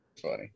funny